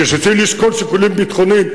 כשצריכים לשקול שיקולים ביטחוניים,